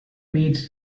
meets